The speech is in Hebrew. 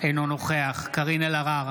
אינו נוכח קארין אלהרר,